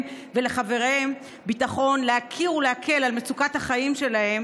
ולחבריהם ביטחון להכיר את מצוקת החיים שלהם